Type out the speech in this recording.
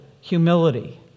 humility